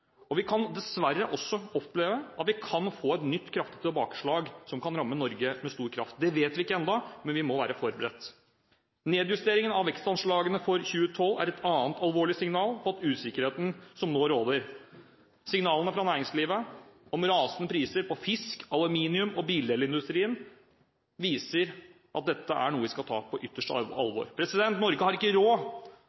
vanskeligere. Vi kan dessverre også oppleve at vi kan få et nytt kraftig tilbakeslag, som kan ramme Norge med stor kraft. Det vet vi ikke ennå, men vi må være forberedt. Nedjusteringen av vekstanslagene for 2012 er et annet alvorlig signal på usikkerheten som nå råder. Signalene fra næringslivet om rasende priser på fisk, aluminium og i bildelindustrien viser at dette er noe vi skal ta